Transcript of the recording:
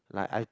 like I